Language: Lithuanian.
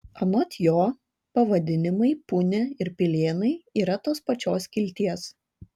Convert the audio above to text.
anot jo pavadinimai punia ir pilėnai yra tos pačios kilties